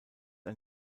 ein